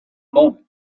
moment